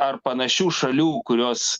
ar panašių šalių kurios